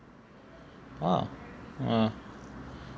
oh uh